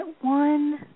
one